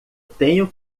tenho